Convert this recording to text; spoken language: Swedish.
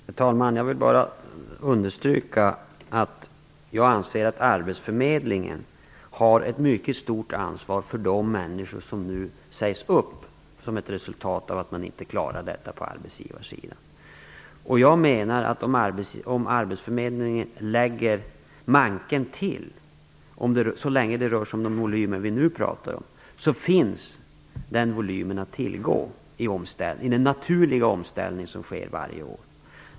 Herr talman! Jag vill bara understryka att jag anser att arbetsförmedlingen har ett mycket stort ansvar för de människor som nu sägs upp som ett resultat av att man på arbetsgivarsidan inte klarar detta. Om arbetsförmedlingen lägger manken till, så länge det rör sig om de volymer vi nu pratar om, finns den volymen att tillgå i den naturliga omställning som sker varje år.